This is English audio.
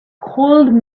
cold